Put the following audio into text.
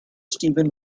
steven